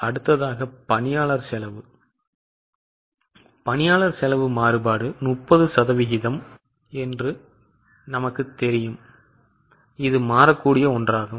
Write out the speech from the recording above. அடுத்ததாக பணியாளர் செலவு பணியாளர் செலவு மாறுபாடு 30 சதவீதம் என்பது நமக்குத் தெரியும் இது மாறக்கூடிய ஒன்றாகும்